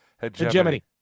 Hegemony